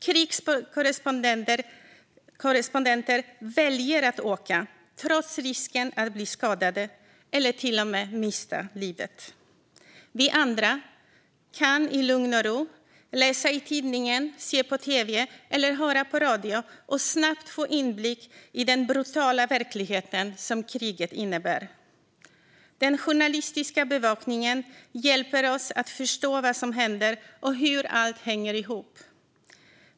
Krigskorrespondenter väljer att åka trots risken att bli skadade eller till och med mista livet. Vi andra kan i lugn och ro läsa i tidningen, se på tv eller höra på radio och snabbt få inblick i den brutala verklighet som kriget innebär. Den journalistiska bevakningen hjälper oss att förstå vad som händer och hur allt hänger ihop.